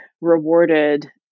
rewarded